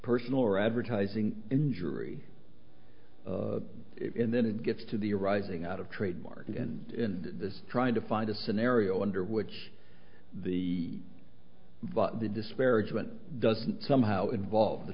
person or advertising injury of it and then it gets to the arising out of trademark and in this trying to find a scenario under which the but the disparagement doesn't somehow involve the